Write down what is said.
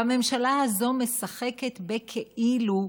הממשלה הזאת משחקת בכאילו,